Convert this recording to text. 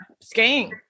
skiing